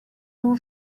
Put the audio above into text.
all